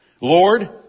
Lord